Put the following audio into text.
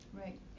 Right